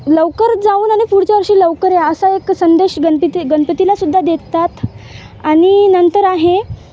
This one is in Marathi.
लवकर जाऊन आणि पुढच्या वर्षी लवकर या असा एक संदेश गणपती गणपतीलासुद्धा देतात आणि नंतर आहे